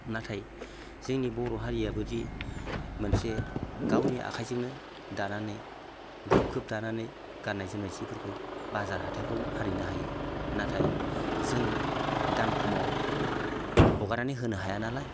नाथाय जोंनि बर' हारियाबोदि मोनसे गावनि आखाइजोंनो दानानै गोब गोब दानानै गान्नाय जोमनाय सिफोरखौ बाजार हाथायफ्रावबो फानहैनो हायो नाथाय जों दाम खमाव हगारनानै होनो हाया नालाय